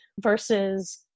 versus